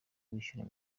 wishyura